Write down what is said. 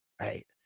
Right